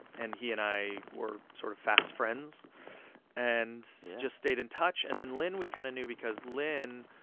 and he and i were sort of fast friends and just stayed in touch. and then lin we kind of knew because lin.